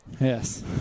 Yes